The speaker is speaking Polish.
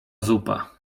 zupa